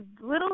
little